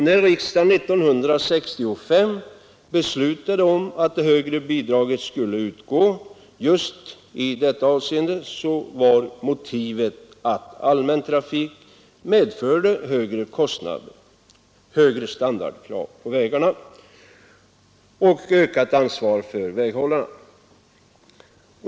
När riksdagen 1965 beslöt att det högre bidraget skulle utgå var motivet härför att allmän trafik förde med sig högre kostnader och högre standardkrav på vägarna samt ett ökat ansvar för väghållarna.